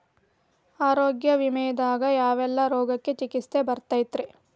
ಆರೋಗ್ಯ ವಿಮೆದಾಗ ಯಾವೆಲ್ಲ ರೋಗಕ್ಕ ಚಿಕಿತ್ಸಿ ಬರ್ತೈತ್ರಿ?